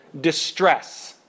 distress